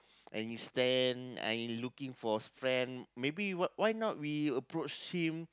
and he stand and he looking for friend maybe why why not we approach him